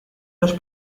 los